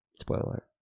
spoiler